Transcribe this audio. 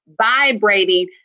vibrating